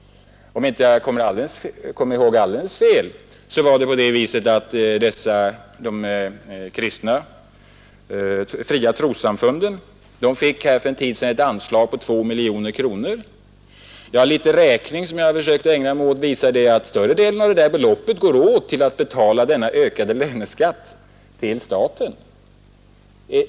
Om jag inte minns alldeles fel, fick de fria trossamfunden för en tid sedan ett anslag på 2 miljoner kronor. Litet räkning som jag försökt ägna mig åt visar att större delen av detta belopp går åt till att betala den ökade löneskatten till staten.